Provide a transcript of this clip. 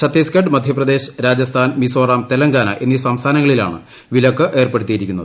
ഛത്തീസ്ഗഡ് മധ്യപ്രദേശ് രാജസ്ഥാൻ മിസോറം തെലങ്കാന എന്നീ സംസ്ഥാനങ്ങളിലാണ് വിലക്ക് ഏർപ്പെടുത്തിയിരിക്കുന്നത്